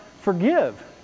forgive